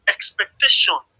Expectation